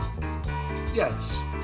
Yes